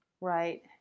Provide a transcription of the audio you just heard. Right